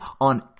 on